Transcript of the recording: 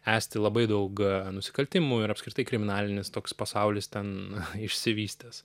esti labai daug nusikaltimų ir apskritai kriminalinis toks pasaulis ten išsivystęs